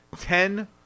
ten